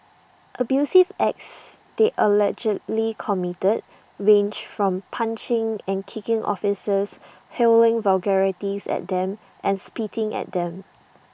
abusive acts they allegedly committed range from punching and kicking officers hurling vulgarities at them and spitting at them